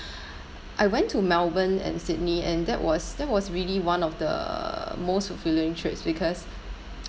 I went to Melbourne and Sydney and that was that was really one of the most fulfilling trips because